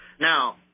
Now